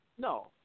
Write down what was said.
No